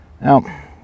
Now